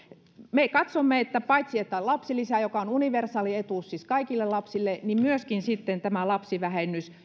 me katsomme että paitsi lapsilisä joka on siis universaali etuus kaikille lapsille myöskin lapsivähennys